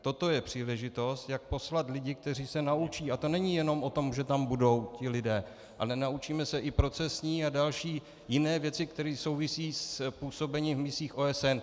Toto je příležitost, jak poslat lidi, kteří se naučí a to není jenom o tom, že tam budou ti lidé, ale naučíme se i procesní a další jiné věci, které souvisejí s působením v misích OSN.